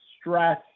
stress